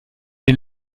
den